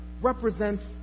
represents